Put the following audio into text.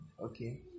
okay